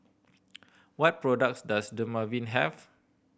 what products does Dermaveen have